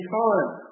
time